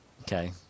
Okay